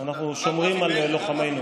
ואנחנו שומרים על לוחמינו.